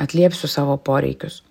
atliepsiu savo poreikius